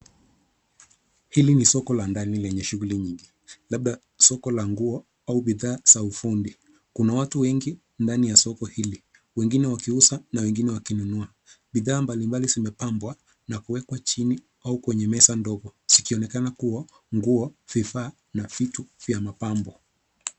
Hili ni soko la ndani lenye shuguli nyingi labda soko la nguo au bidhaa za ufundi, kuna watu wengi ndani ya soko hili, wengine wakiuza na wengine wakinunua, bidhaa mbalimbali zimepambwa na kuwekwa chini au kwenye meza ndogo zikionekana kuwa nguo, vifaa na vitu vya mapambo.